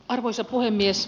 arvoisa puhemies